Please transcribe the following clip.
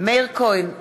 מאיר כהן,